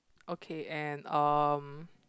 okay and um